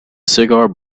cigar